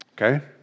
okay